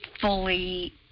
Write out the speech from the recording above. fully